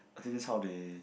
I think that's how they